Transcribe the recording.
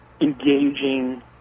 engaging